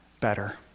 better